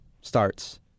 starts